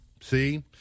see